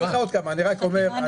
אני יכול לתת לך עוד כמה.